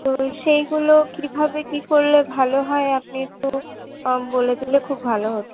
তো সেইগুলো কীভাবে কী করলে ভালো হয় আপনি একটু বলে দিলে খুব ভালো হত